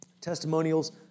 testimonials